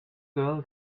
girl